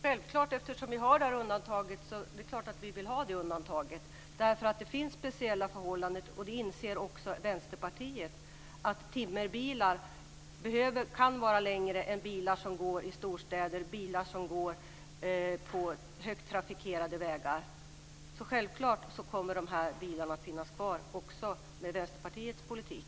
Fru talman! Det är klart att vi vill ha detta undantag. Det finns speciella förhållanden, och det inser också Vänsterpartiet. Timmerbilar kan vara längre än bilar som går i storstäder på starkt trafikerade vägar. Självklart kommer dessa bilar att finnas kvar också med Vänsterpartiets politik.